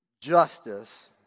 justice